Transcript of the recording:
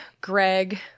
Greg